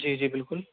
جی جی بالکل